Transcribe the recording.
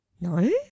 No